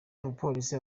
abapolisi